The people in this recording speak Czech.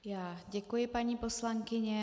Já děkuji, paní poslankyně.